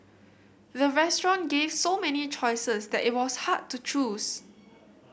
the restaurant gave so many choices that it was hard to choose